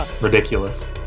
Ridiculous